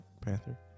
Panther